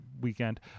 weekend